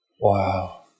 Wow